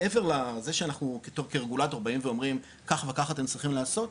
מעבר לזה שאנחנו כרגולטור באים ואומרים כך וכך אתם צריכים לעשות,